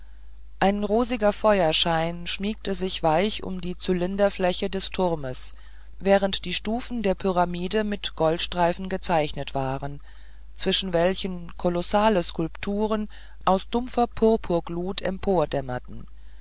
ein rosiger feuerschein schmiegte sich welch um die zylinderfläche des turmes während die stufen der pyramide mit goldstreifen gezeichnet waren zwischen welchen kolossale skulpturen aus dumpfer purpurglut